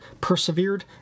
persevered